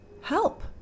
help